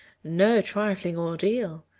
no trifling ordeal.